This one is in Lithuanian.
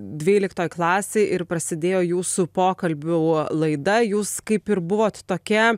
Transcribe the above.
dvyliktoj klasėj ir prasidėjo jūsų pokalbių laida jūs kaip ir buvot tokia